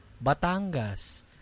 Batangas